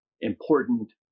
important